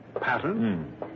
Pattern